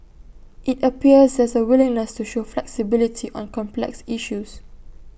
IT appears there's A willingness to show flexibility on complex issues